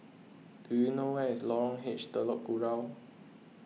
do you know where is Lorong H Telok Kurau